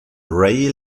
ray